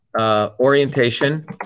orientation